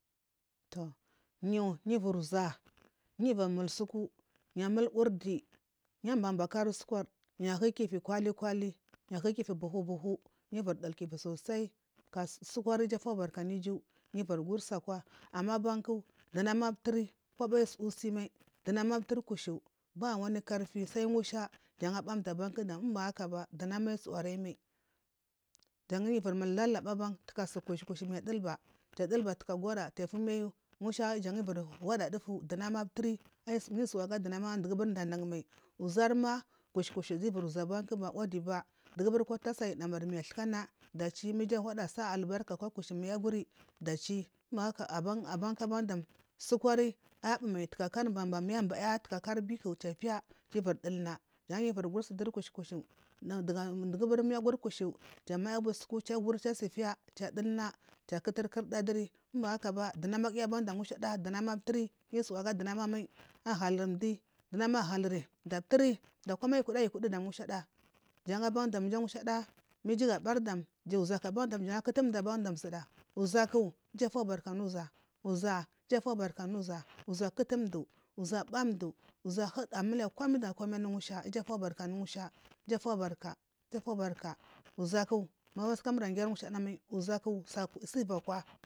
Toh yu yuvuriza yuvuri mulsuku yamulwundi yababakari sukwar yahu kifi kwali kwali yah u kifi buhu buhu yufiri dul kifi sosai ka sukuri iju fobarkanu iju yu virigur sakwa ama banku dunama mtori koba sutsimal dunama mturi kushu bawani kanti sal musha jan bamdu abanku dam ubahakaba dunama tsurayimal janyuviri lalaba tuka sukushu kushu manyu dulba ki dulba taka gora mushajan nada dubu dunama niyu suwaga dunama mal dugu dandan mai zurima kushu kushu giyu ivirizari bawudiba buri kwa tasamari ki thukane dashi ma iju huda sa’a albarka kwa kushu manya guri dachi aban abanku dam sukuri aiyibumal nurbamba maya baya biku chapiya givuri dulda kiuguri suduri kushu nadu dugubun yaguri kushu chamayi busuku chasafiya dulda kiya kuiunkurda duri umbahakaba dunamada bandam musha mturi yu suwa ga dunamai ahuhurmdi dunama haluri mdu mtori komi ayukudu yakudu dam musha janbandam mushada mas ijugabardam jaugakiban dam jan kutumdu ban zudu uzaku iju sobarka anuza uza ijufobarka anuza zakutumdu uza abamdu uza muti komal da komal anumdu musha iju fobarka anu musha igufobarka igusobarka uzaku wasukamur girmal mushada mal zaku survakwa.